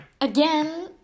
again